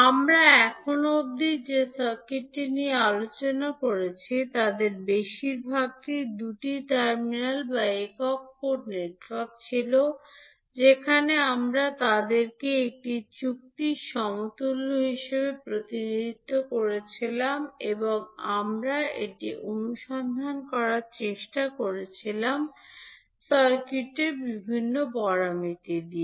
আমরা এখন অবধি যে সার্কিটটি নিয়ে আলোচনা করেছি তাদের বেশিরভাগটি দুটি টার্মিনাল বা একক পোর্ট নেটওয়ার্ক ছিল যেখানে আমরা তাদেরকে একটি চুক্তির সমতুল্য হিসাবে প্রতিনিধিত্ব করছিলাম এবং আমরা এটি অনুসন্ধান করার চেষ্টা করছিলাম সার্কিটেরবিভিন্ন প্যারামিটার